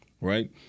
right